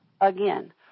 again